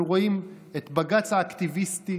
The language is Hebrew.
אנחנו רואים את בג"ץ האקטיביסטי,